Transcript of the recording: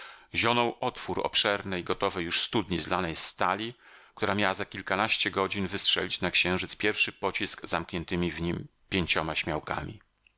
zionął otwór obszerny gotowej już studni z lanej stali która miała za kilkanaście godzin wystrzelić na księżyc pierwszy pocisk z zamkniętymi w nim pięcioma śmiałkami